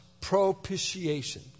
propitiation